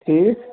ٹھیٖک